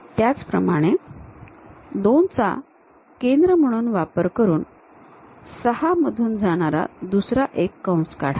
त्याचप्रमाणे 2 चा केंद्र म्हणून वापर करून 6 मधून जाणारा दुसरा एक कंस काढा